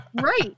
right